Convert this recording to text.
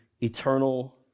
eternal